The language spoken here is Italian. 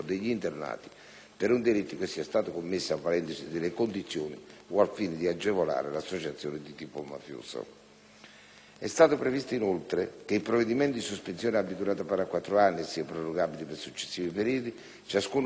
«per un delitto che sia stato commesso avvalendosi delle condizioni o al fine di agevolare l'associazione di tipo mafioso». È stato previsto, inoltre, che il provvedimento di sospensione abbia durata pari a quattro anni e sia prorogabile per successivi periodi, ciascuno pari a due anni